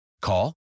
Call